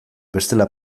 bestela